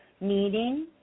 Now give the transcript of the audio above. meeting